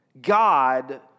God